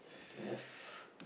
to have